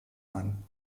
ein